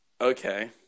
Okay